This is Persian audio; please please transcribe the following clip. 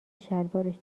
شلوارش